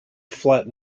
flat